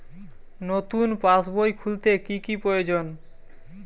নতুন পাশবই খুলতে কি কি প্রয়োজন?